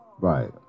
Right